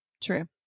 True